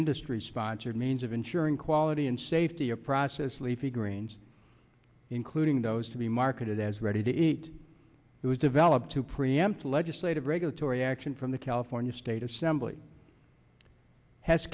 industry sponsored means of ensuring quality and safety a process leafy greens including those to be marketed as ready to eat it was developed to preempt legislative regulatory action from the california state assembly has